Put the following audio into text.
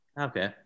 Okay